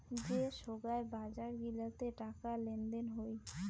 যে সোগায় বাজার গিলাতে টাকা লেনদেন হই